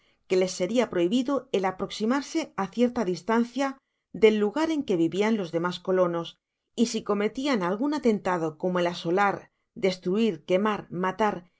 que les seria prohibido el aproximarse á cierta distancia del lugar en que vivian los demas colonos y si cometían algun alentado como el asolar destruir quemar matar y